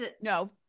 no